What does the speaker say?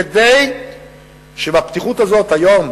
כדי שבפתיחות הזאת היום,